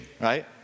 right